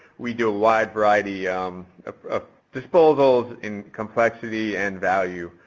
we do a wide variety of disposals in complexity and value.